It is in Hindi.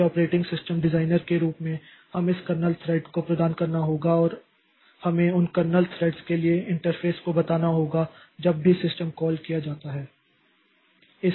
इसलिए ऑपरेटिंग सिस्टम डिजाइनर के रूप में हमें इस कर्नेल थ्रेड को प्रदान करना होगा और हमें उन कर्नेल थ्रेड्स के लिए इंटरफ़ेस को बताना होगा जब भी सिस्टम कॉल किया जाता है